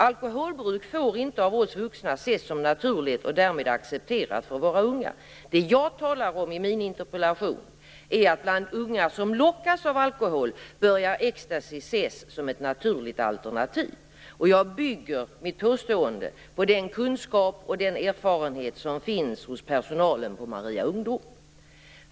Alkoholbruk får inte av oss vuxna ses som naturligt och därmed accepteras för våra unga. Det jag talar om i min interpellation är att bland unga som lockas av alkohol börjar ecstasy ses som ett naturligt alternativ. Jag bygger mitt påstående på den kunskap och den erfarenhet som finns hos personalen på Maria Ungdom.